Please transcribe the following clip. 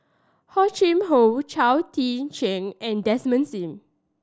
Hor Chim Or Chao Tzee Cheng and Desmond Sim